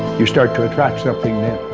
you start to attract something new,